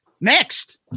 Next